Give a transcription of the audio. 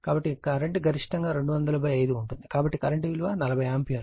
కాబట్టి కరెంట్ గరిష్టంగా 2005 ఉంటుంది కాబట్టి కరెంట్ విలువ 40 ఆంపియర్